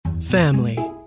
Family